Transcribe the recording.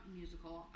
musical